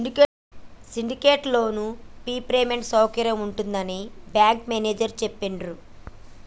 syndicate loan free payment సౌకర్యం ఉంటుందని bank manager చెప్పిండ్రు